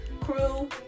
Crew